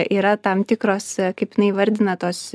yra tam tikros kaip jinai įvardina tos